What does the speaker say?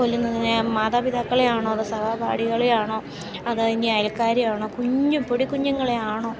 കൊല്ലുന്നത് മാതാപിതാക്കളെ ആണോ അതോ സഹാപാഠികളെ ആണോ അതോ ഇനി അയൽക്കാരെ ആണോ കുഞ്ഞ് പൊടിക്കുഞ്ഞുങ്ങളെ ആണോ